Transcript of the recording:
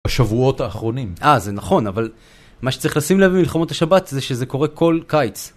השבועות האחרונים. אה, זה נכון, אבל מה שצריך לשים לב במלחמות השבת זה שזה קורה כל קיץ.